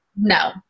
No